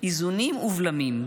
איזונים ובלמים,